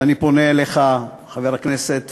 ואני פונה אליך, חבר הכנסת פייגלין,